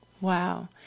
Wow